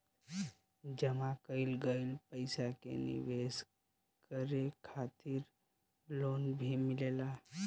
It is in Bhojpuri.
जामा कईल गईल पईसा के निवेश करे खातिर लोन भी मिलेला